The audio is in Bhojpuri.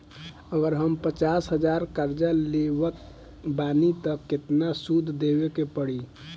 अगर हम पचास हज़ार कर्जा लेवत बानी त केतना सूद देवे के पड़ी?